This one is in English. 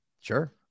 sure